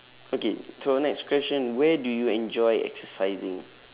okay so next question where do you enjoy exercising